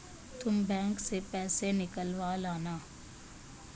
तुम बैंक से पैसे निकलवा लाना